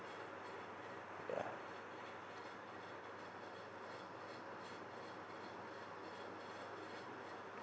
yeah